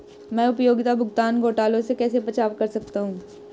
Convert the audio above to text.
मैं उपयोगिता भुगतान घोटालों से कैसे बचाव कर सकता हूँ?